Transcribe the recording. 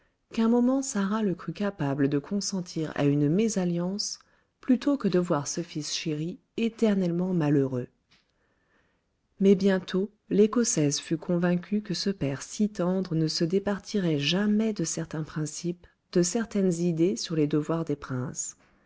qu'un moment sarah le crut capable de consentir à une mésalliance plutôt que de voir ce fils chéri éternellement malheureux mais bientôt l'écossaise fut convaincue que ce père si tendre ne se départirait jamais de certains principes de certaines idées sur les devoirs des princes